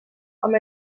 amb